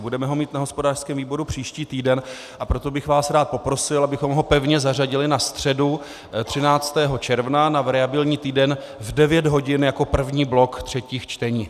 Budeme ho mít na hospodářském výboru příští týden, a proto bych vás rád poprosil, abychom ho pevně zařadili na středu 13. června, na variabilní týden, v 9 hodin jako první blok třetích čtení.